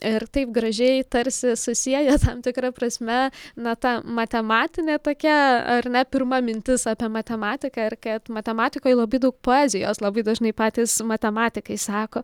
ir taip gražiai tarsi susieja tam tikra prasme na ta matematinė tokia ar ne pirma mintis apie matematiką ir kad matematikoj labai daug poezijos labai dažnai patys matematikai sako